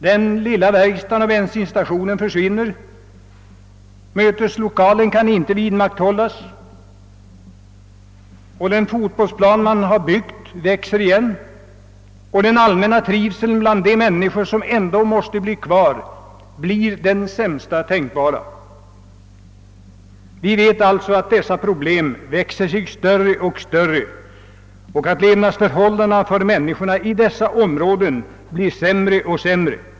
Den lilla verkstaden och bensinstationen försvinner, möteslokalens verksamhet kan inte upprätthållas, den fotbollsplan man har anlagt växer igen, och den allmänna trivseln bland de människor som ändå måste stanna kvar blir den sämsta tänkbara. Vi vet alltså att dessa problem växer sig större och större och att levnadsförhållandena för människorna i dessa områden blir sämre och sämre.